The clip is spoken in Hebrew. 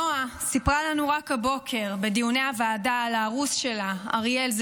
נועה סיפרה לנו רק הבוקר בדיוני הוועדה על הארוס שלה אריאל,